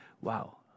wow